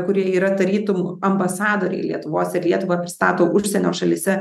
kurie yra tarytum ambasadoriai lietuvos ir lietuvą pristato užsienio šalyse